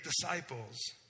disciples